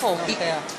(קוראת בשמות חברי הכנסת)